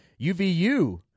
UVU